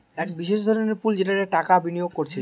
এক বিশেষ ধরনের পুল যেটাতে টাকা বিনিয়োগ কোরছে